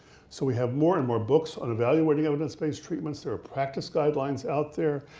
so we have more and more books on evaluating evidence based treatments, there are practice guidelines out there.